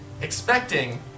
expecting